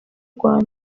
rwanda